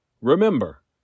Remember